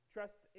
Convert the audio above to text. Trust